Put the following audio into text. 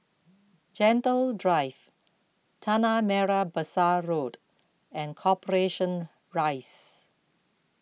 Gentle Drive Tanah Merah Besar Road and Corporation Rise